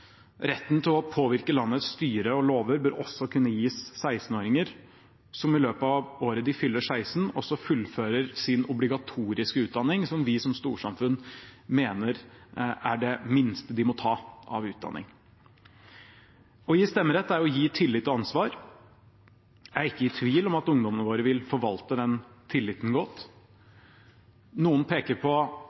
Retten til å påvirke landets styre og lover bør også kunne gis 16-åringer, som i løpet av det året de fyller 16, også fullfører sin obligatoriske utdanning – det vi som storsamfunn mener er det minste de må ta av utdanning. Å gi stemmerett er å gi tillit og ansvar. Jeg er ikke i tvil om at ungdommene våre vil forvalte den tilliten godt. Noen peker, som sagt, på